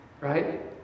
Right